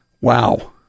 wow